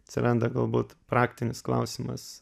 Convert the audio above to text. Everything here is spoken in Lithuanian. atsiranda galbūt praktinis klausimas